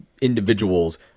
individuals